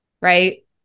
right